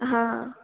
हा